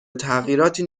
تغییراتی